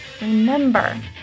remember